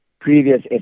previous